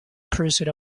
pursuit